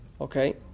Okay